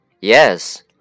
Yes